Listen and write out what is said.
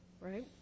right